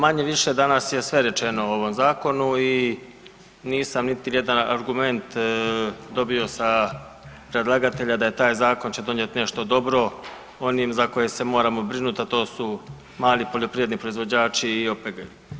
Manje-više danas je sve rečeno o ovom zakonu i nisam niti jedan argument dobio sa predlagatelja da taj zakon će donijet nešto dobro onim za koje se moramo brinut, a to su mali poljoprivredni proizvođači i OPG.